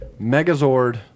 Megazord